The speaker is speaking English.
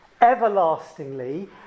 everlastingly